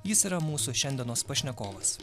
jis yra mūsų šiandienos pašnekovas